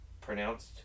pronounced